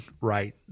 right